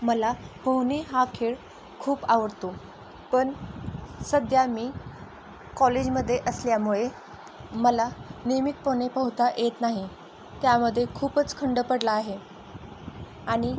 मला पोहणे हा खेळ खूप आवडतो पण सध्या मी कॉलेजमध्ये असल्यामुळे मला नियमितपणे पोहता येत नाही त्यामध्ये खूपच खंड पडला आहे आणि